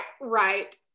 Right